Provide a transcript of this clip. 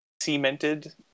cemented